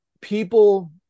people